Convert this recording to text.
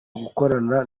gukorana